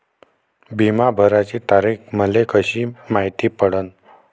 बिमा भराची तारीख मले कशी मायती पडन?